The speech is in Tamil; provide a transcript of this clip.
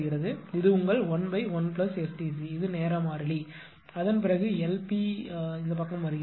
இது உங்கள் 11ST c இது நேர மாறிலி அதன் பிறகு LP பக்கம் வருகிறது